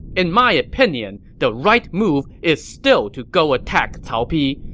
in my opinion, the right move is still to go attack cao pi!